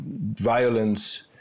violence